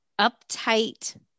uptight